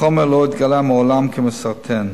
החומר לא התגלה מעולם כמסרטן.